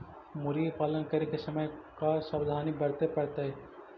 मुर्गी पालन करे के समय का सावधानी वर्तें पड़तई?